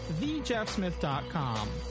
thejeffsmith.com